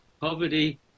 poverty